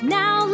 now